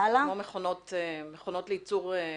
כמו מכונות לייצור גורים.